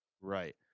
right